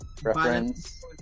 Reference